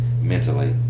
mentally